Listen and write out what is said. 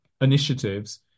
initiatives